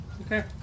Okay